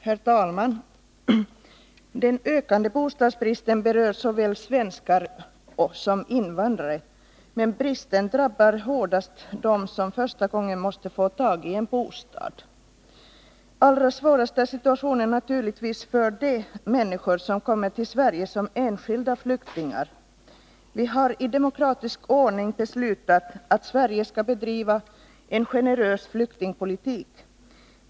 Herr talman! Den ökande bostadsbristen berör såväl svenskar som invandrare, men den drabbar hårdast dem som för första gången måste få tag i en bostad. Naturligtvis är situationen allra svårast för de människor som kommer till Sverige som enskilda flyktingar. Vi har i demokratisk ordning beslutat att Sverige skall bedriva en generös flyktingpolitik.